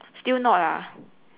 still not ah